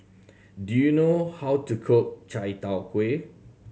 do you know how to cook Chai Tow Kuay